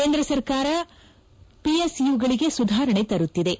ಕೇಂದ್ರ ಸರ್ಕಾರ ಪಿಎಸ್ಯುಗಳಿಗೆ ಸುಧಾರಣೆ ತರುತ್ತಿವೆ